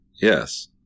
Yes